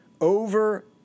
Over